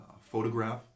photograph